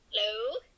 Hello